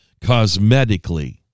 cosmetically